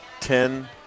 ten